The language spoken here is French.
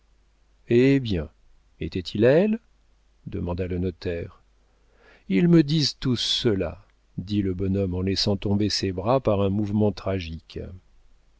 eh bien était-il à elle demanda le notaire ils me disent tous cela dit le bonhomme en laissant tomber ses bras par un mouvement tragique